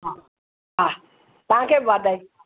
हा हा तव्हांखे बि वाधायूं